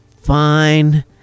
Fine